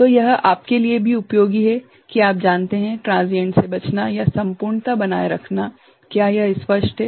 तो यह आपके लिए भी उपयोगी है कि आप जानते हैं ट्रांसिएंट से बचना या संपूर्णता बनाए रखना क्या यह स्पष्ट है